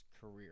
career